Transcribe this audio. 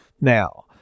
Now